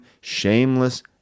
shameless